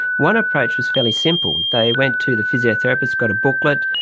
one approach was fairly simple, they went to the physiotherapist, got a booklet,